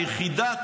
היחידה,